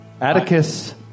Atticus